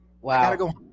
Wow